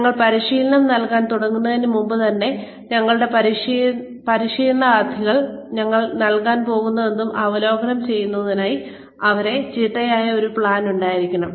അതിനാൽ പരിശീലനം നൽകാൻ തുടങ്ങുന്നതിന് മുമ്പ് തന്നെ ഞങ്ങളുടെ പരിശീലനാർത്ഥികൾക്ക് ഞങ്ങൾ നൽകാൻ പോകുന്നതെന്തും അവലോകനം ചെയ്യുന്നതിനായി വളരെ ചിട്ടയായ ഒരു പ്ലാൻ ഉണ്ടായിരിക്കണം